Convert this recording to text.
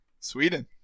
Sweden